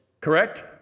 correct